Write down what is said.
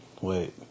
wait